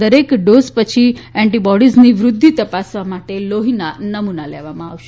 દરેક ડોઝ પછી એન્ટિબોડીઝની વૃદ્વિ તપાસવા માટે લોફીના નમૂના લેવામાં આવશે